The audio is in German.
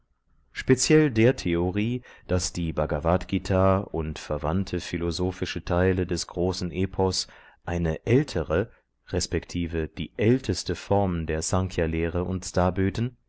speziell der theorie daß die bhagavadgt und verwandte philosophische teile des großen epos eine ältere resp die älteste form der snkhyalehre uns darböten